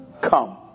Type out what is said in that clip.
come